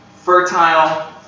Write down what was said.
fertile